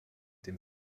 dem